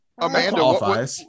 Amanda